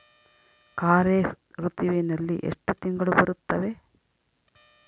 ಖಾರೇಫ್ ಋತುವಿನಲ್ಲಿ ಎಷ್ಟು ತಿಂಗಳು ಬರುತ್ತವೆ?